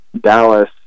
dallas